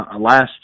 Last